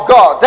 God